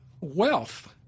wealth